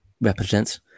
represents